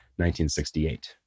1968